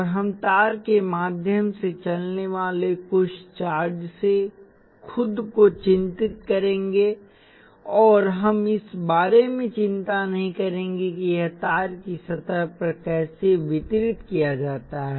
और हम तार के माध्यम से चलने वाले कुल चार्ज से खुद को चिंतित करेंगे और हम इस बारे में चिंता नहीं करेंगे कि यह तार की सतह पर कैसे वितरित किया जाता है